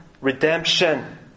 redemption